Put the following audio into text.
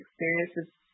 experiences